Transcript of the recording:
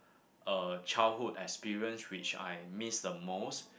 uh childhood experience which I miss the most